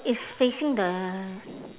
it's facing the